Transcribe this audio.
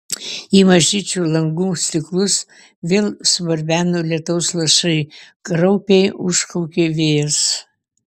į mažyčių langų stiklus vėl subarbeno lietaus lašai kraupiai užkaukė vėjas